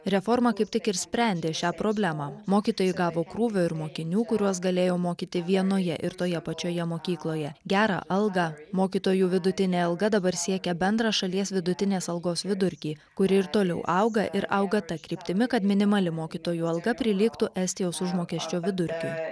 reforma kaip tik ir sprendė šią problemą mokytojai gavo krūvio ir mokinių kuriuos galėjo mokyti vienoje ir toje pačioje mokykloje gerą algą mokytojų vidutinė alga dabar siekia bendrą šalies vidutinės algos vidurkį kuri ir toliau auga ir auga ta kryptimi kad minimali mokytojų alga prilygtų estijos užmokesčio vidurkiui